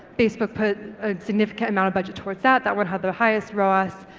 facebook put a significant amount of budget towards that, that would have the highest roas.